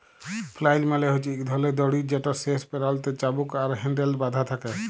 flail মালে হছে ইক ধরলের দড়ি যেটর শেষ প্যারালতে চাবুক আর হ্যাল্ডেল বাঁধা থ্যাকে